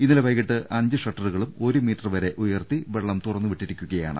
ഇന്നലെ വൈകീട്ട് അഞ്ച് ഷട്ടറുകളും ഒരു മീറ്റർ വരെ ഉയർത്തി വെള്ളം തുറന്നുവിട്ടിരിക്കുകയാണ്